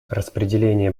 распределение